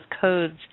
codes